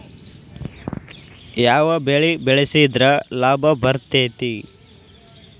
ಯಾವ ಬೆಳಿ ಬೆಳ್ಸಿದ್ರ ಲಾಭ ಬರತೇತಿ?